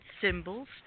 symbols